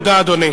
תודה, אדוני.